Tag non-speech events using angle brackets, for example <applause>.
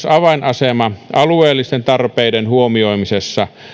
<unintelligible> avainasema myös alueellisten tarpeiden huomioimisessa